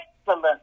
excellent